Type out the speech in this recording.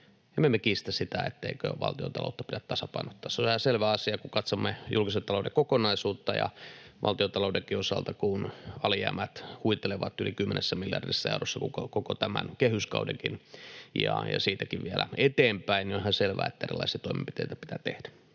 Emme me kiistä sitä, etteikö valtiontaloutta pidä tasapainottaa, se on ihan selvä asia. Kun katsomme julkisen talouden kokonaisuutta ja valtiontaloudenkin osalta, kun alijäämät huitelevat yli 10 miljardissa eurossa koko tämän kehyskaudenkin ja siitäkin vielä eteenpäin, niin on ihan selvää, että erilaisia toimenpiteitä pitää tehdä.